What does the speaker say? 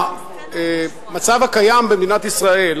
המצב הקיים במדינת ישראל